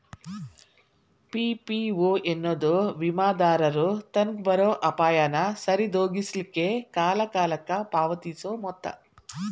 PPO ಎನ್ನೊದು ವಿಮಾದಾರರು ತನಗ್ ಬರೊ ಅಪಾಯಾನ ಸರಿದೋಗಿಸ್ಲಿಕ್ಕೆ ಕಾಲಕಾಲಕ್ಕ ಪಾವತಿಸೊ ಮೊತ್ತ